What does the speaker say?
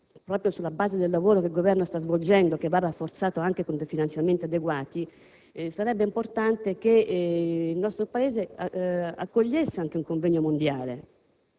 proprio sulla base del lavoro che il Governo sta svolgendo e che va rafforzato anche con finanziamenti adeguati, che il nostro Paese accogliesse un convegno mondiale,